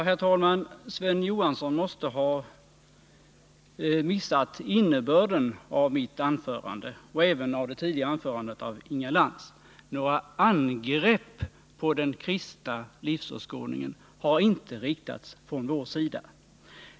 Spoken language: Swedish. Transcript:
Herr talman! Sven Johansson måste ha missat innebörden i mitt anförande och även i det tidigare anförandet av Inga Lantz. Några angrepp på den kristna livsåskådningen har inte riktats från vår sida.